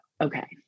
Okay